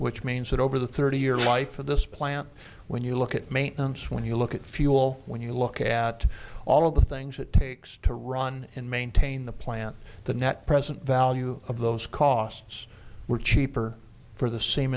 which means that over the thirty year life of this plant when you look at maintenance when you look at fuel when you look at all of the things it takes to run and maintain the plant the net present value of those costs were cheaper for the same